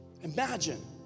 Imagine